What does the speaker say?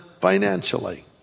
financially